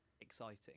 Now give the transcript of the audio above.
exciting